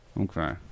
Okay